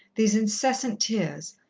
these incessant tears,